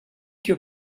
que